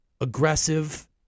aggressive